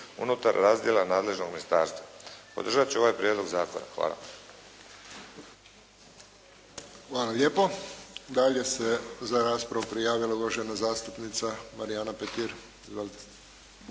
unutar razdjela nadležnog ministarstva. Podržati ću ovaj prijedlog zakona. Hvala. **Friščić, Josip (HSS)** Hvala lijepo. Dalje se za raspravu prijavila uvažena zastupnica Marijana Petir.